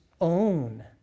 own